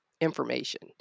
information